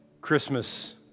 Christmas